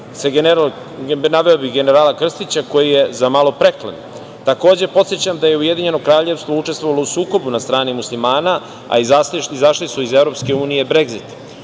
naveo bih generala Krstića koji je za malo preklan. Takođe, podsećam da je Ujedinjeno Kraljevstvo učestvovalo u sukobu na strani Muslimana, a izašli su iz EU, Bregzit.